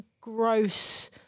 gross